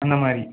அந்த மாதிரி